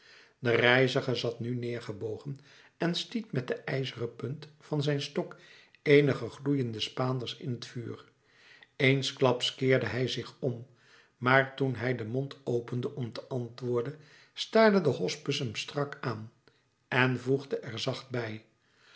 de reiziger zat nu neêrgebogen en stiet met de ijzeren punt van zijn stok eenige gloeiende spaanders in t vuur eensklaps keerde hij zich om maar toen hij den mond opende om te antwoorden staarde de hospes hem strak aan en voegde er zacht bij